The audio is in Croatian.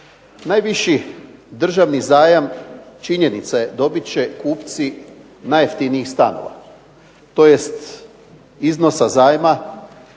Najviši državni zajam činjenica je dobit će kupci najjeftinijih stanova. Tj. iznosa zajma,